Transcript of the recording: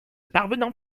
parvenant